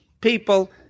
people